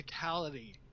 physicality